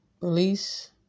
release